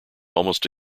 almost